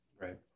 Right